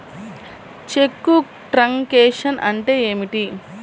చెక్కు truncation అంటే ఏమిటి?